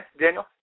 Daniel